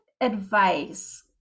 advice